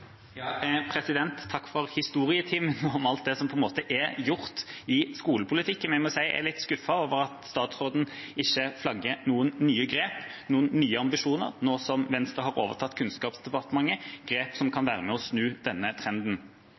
Takk for historietimen om alt det som er gjort i skolepolitikken. Jeg må si jeg er litt skuffet over at statsråden ikke flagger noen nye grep, noen nye ambisjoner, nå som Venstre har overtatt Kunnskapsdepartementet – grep som kan være med og snu denne trenden.